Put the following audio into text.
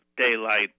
daylight